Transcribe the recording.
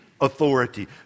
authority